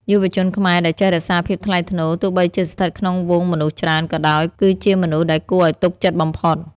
យុវជនខ្មែរដែលចេះ "រក្សាភាពថ្លៃថ្នូរ" ទោះបីជាស្ថិតក្នុងហ្វូងមនុស្សច្រើន ក៏ដោយ គឺជាមនុស្សដែលគួរឱ្យទុកចិត្តបំផុត។